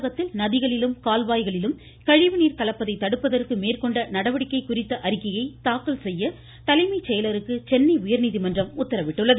தமிழகத்தில் நதிகளிலும் கால்வாய்களிலும் கழிவுநீர் கலப்பதை தடுப்பதற்கு மேற்கொண்ட நடவடிக்கை குறித்த அறிக்கையை தாக்கல் செய்ய தலைமைச் செயலருக்கு சென்னை உயா்நீதிமன்றம் உத்தரவிட்டுள்ளது